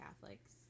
Catholics